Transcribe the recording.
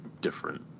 different